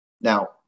Now